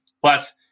Plus